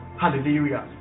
Hallelujah